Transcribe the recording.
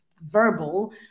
verbal